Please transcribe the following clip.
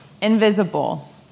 invisible